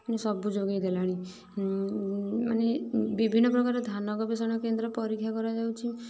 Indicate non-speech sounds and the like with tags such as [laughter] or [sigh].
[unintelligible] ସବୁ ଯୋଗେଇ ଦେଲାଣି ମାନେ ବିଭିନ୍ନପ୍ରକାର ଧାନ ଗବେଷଣା କେନ୍ଦ୍ର ପରୀକ୍ଷା କରାଯାଉଛି